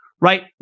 right